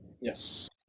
Yes